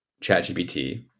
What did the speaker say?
ChatGPT